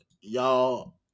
y'all